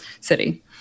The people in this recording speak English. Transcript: city